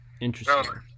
Interesting